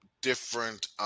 different –